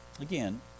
Again